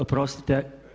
Oprostite.